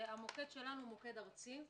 המוקד שלנו הוא מוקד ארצי,